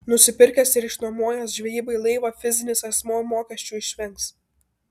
nusipirkęs ir išnuomojęs žvejybai laivą fizinis asmuo mokesčių išvengs